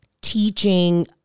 teaching